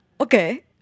Okay